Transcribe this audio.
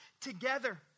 together